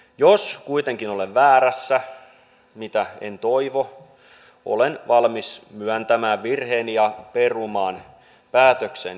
jos kuitenkin olen väärässä mitä en toivo olen valmis myöntämään virheeni ja perumaan päätökseni